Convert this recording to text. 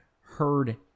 heard